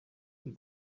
ari